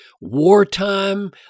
wartime